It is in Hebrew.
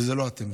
וזה לא אתם,